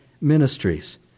ministries